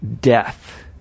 death